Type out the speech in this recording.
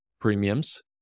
premiums